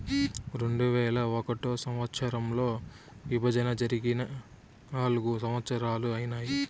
రెండువేల ఒకటో సంవచ్చరంలో విభజన జరిగి నాల్గు సంవత్సరాలు ఐనాయి